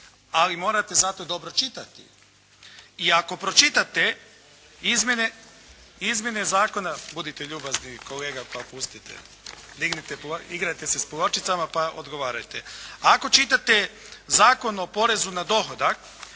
Ali morate zato dobro čitati. I ako pročitate izmjene zakona, budite ljubazni kolega pa pustite. Igrajte se … /Govornik se ne razumije./ … pa odgovarajte. Ako čitate Zakon o porezu na dohodak,